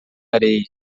areia